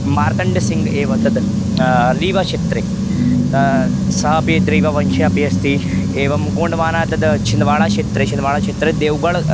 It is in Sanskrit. मार्तण्ड्सिङ्ग् एव तद् लीवक्षेत्रे स अपि दैववंशे अपि अस्ति एवं गोण्डवाना तद् छिन्दवाडाक्षेत्रे छिन्दवाडाक्षेत्रे देवगड